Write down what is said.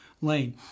lane